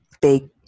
big